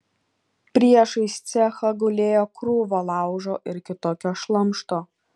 priešais cechą gulėjo krūva laužo ir kitokio šlamšto